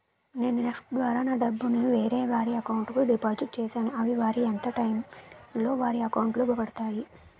నేను నెఫ్ట్ ద్వారా నా డబ్బు ను వేరే వారి అకౌంట్ కు డిపాజిట్ చేశాను అవి వారికి ఎంత టైం లొ వారి అకౌంట్ లొ పడతాయి?